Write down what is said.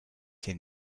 him